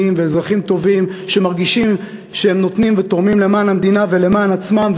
ואזרחים טובים שמרגישים שהם נותנים ותורמים למען המדינה ולמען עצמם,